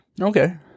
Okay